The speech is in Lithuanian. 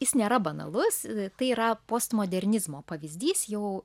jis nėra banalus tai yra postmodernizmo pavyzdys jau